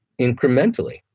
incrementally